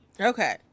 Okay